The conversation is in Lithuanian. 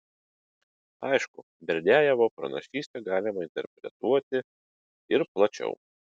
aišku berdiajevo pranašystę galima interpretuoti ir plačiau